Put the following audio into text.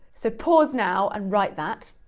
so pause now and write that.